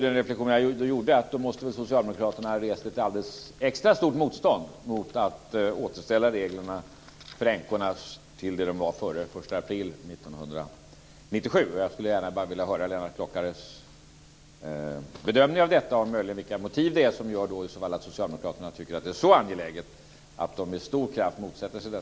Den reflexion jag då gjorde var att socialdemokraterna måste ha rest ett alldeles extra stort motstånd mot att återställa reglerna för änkorna till det de var före den 1 april 1997. Jag skulle gärna vilja höra Lennart Klockares bedömning av detta och möjligen vilka motiv som gör att socialdemokraterna tycker att det är så angeläget att de med stor kraft motsätter sig det.